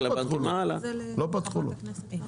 לא פותחים לו.